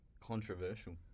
Controversial